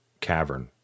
cavern